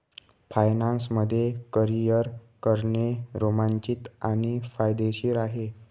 finance मध्ये career करणे रोमांचित आणि फायदेशीर आहे